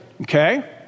Okay